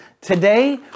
Today